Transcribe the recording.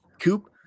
Coop